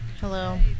Hello